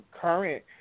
current